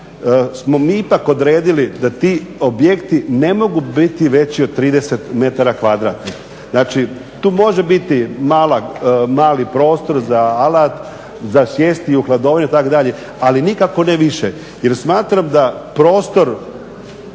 smo mi ipak odredili da ti objekti ne mogu biti veći od 30 m kvadratnih. Znači tu može biti mali prostor za alat, za sjesti u hladovinu ali nikako ne više jer smatram da prostor